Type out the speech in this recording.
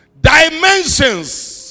dimensions